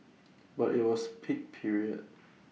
but IT was peak period